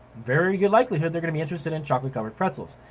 very good likelihood they're gonna be interested in chocolate covered pretzels.